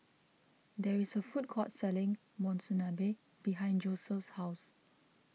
there is a food court selling Monsunabe behind Joeseph's house